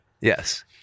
Yes